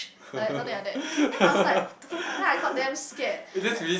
like something like that then I was like what the fuck that I called damn scared